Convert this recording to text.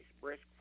brisk